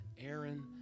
Aaron